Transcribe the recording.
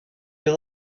you